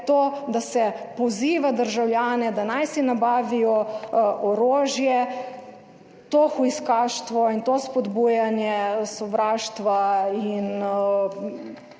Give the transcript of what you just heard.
to, da se poziva državljane, da naj si nabavijo orožje. To hujskaštvo in to spodbujanje sovraštva in ne